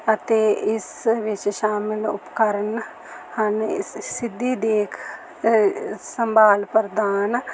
ਅਤੇ ਇਸ ਵਿੱਚ ਸ਼ਾਮਿਲ ਉਪਕਰਨ ਹਨ ਸਿੱਧੀ ਦੇਖ ਸੰਭਾਲ ਪ੍ਰਦਾਨ